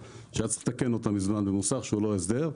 שהיה צריך לתקן אותה מזמן במוסך שהוא לא בהסדר,